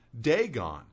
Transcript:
Dagon